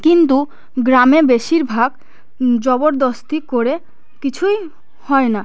কিন্তু গ্রামে বেশিরভাগ জবরদস্তি করে কিছুই হয় না